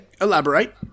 Elaborate